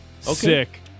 Sick